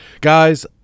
guys